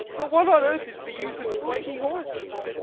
but what on earth is the use of twenty horses?